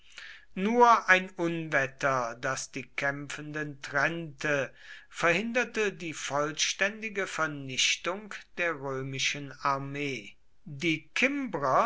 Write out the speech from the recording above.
nur ein unwetter das die kämpfenden trennte verhinderte die vollständige vernichtung der römischen armee die kimbrer